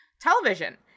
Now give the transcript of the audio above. television